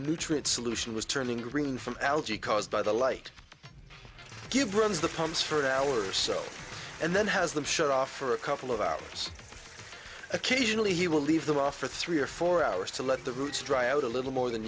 nutrient solution was turning green from algae caused by the light give runs the pumps for an hour or so and then has them shut off for a couple of hours occasionally he will leave the rough for three or four hours to let the roots dry out a little more than